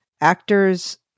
actors